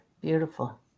Beautiful